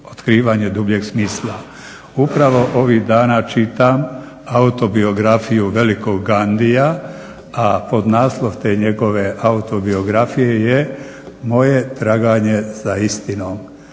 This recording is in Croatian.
otkrivanje dubljeg smisla. Upravo ovih dana čitam autobiografiju velikog Ghandija a podnaslov te njegove autobiografije je "Moje traganje za istinom."